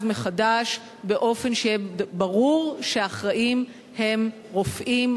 מחדש באופן שיהיה ברור שהאחראים הם רופאים,